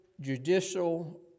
judicial